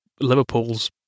Liverpool's